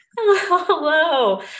Hello